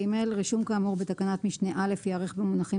רישום כאמור בתקנת משנה (א) ייערך במונחים